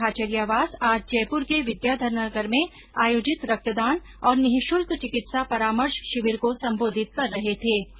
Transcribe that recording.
श्री खाचरियावास आज जयपुर के विद्याधरनगर में आयोजित रक्तदान और निःशुल्क चिकित्सा परामर्श शिविर को संबोधित कर रहे थे